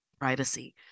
privacy